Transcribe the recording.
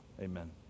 Amen